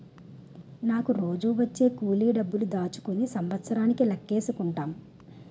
నాకు రోజూ వచ్చే కూలి డబ్బులు దాచుకుని సంవత్సరానికి లెక్కేసుకుంటాం